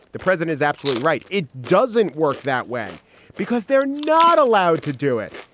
the president is absolutely right. it doesn't work that way because they're not allowed to do it.